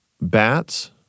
bats